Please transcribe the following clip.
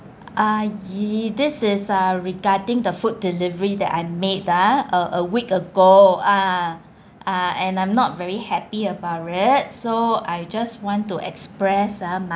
uh this is uh regarding the food delivery that I made ah a a week ago ah ah and I'm not very happy about it so I just want to express ah